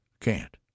Can't